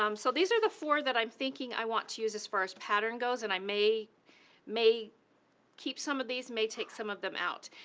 um so these are the four that i'm thinking i want to use as far as pattern goes, and i may may keep some of these, may take some of them out.